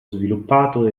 sviluppato